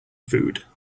food